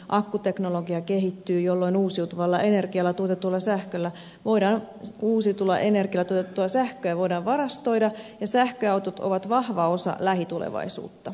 akkuteknologia kehittyy jolloin uusiutuvalla energialla tuotettua sähköä voidaan varastoida ja sähköautot ovat vahva osa lähitulevaisuutta